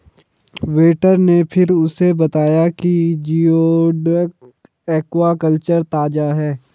waiter ने फिर उसे बताया कि जिओडक एक्वाकल्चर ताजा है